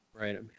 Right